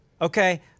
Okay